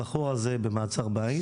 הבחור הזה במעצר בית